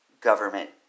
government